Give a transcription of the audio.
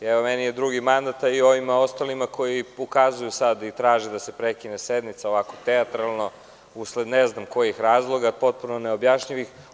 Evo, meni je drugi mandat, a i ovima ostalima koji ukazuju sada i traže da se prekine sednica ovako teatralno usled ne znam kojih razloga, potpuno neobjašnjivih.